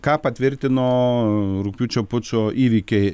ką patvirtino rugpjūčio pučo įvykiai